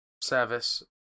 service